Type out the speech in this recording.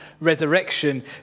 resurrection